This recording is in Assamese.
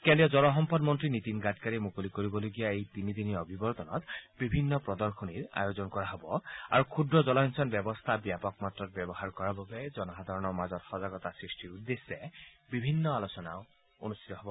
কেন্দ্ৰীয় জলসম্পদ মন্ত্ৰী নীতিন গাডকাৰীয়ে মুকলি কৰিবলগীয়া এই তিনিদিনীয়া অভিৱৰ্তনত বিভিন্ন প্ৰদশনীৰ আয়োজন কৰা হব আৰু ক্ষুদ্ৰ জলসিঞ্চন ব্যৱস্থা ব্যাপক মাত্ৰাত ব্যৱহাৰ কৰাৰ বাবে জনসাধাৰণৰ মাজত সজগতা সৃষ্টিৰ উদ্দেশ্য বিভিন্ন আলোচনা অনুষ্ঠিত হ'ব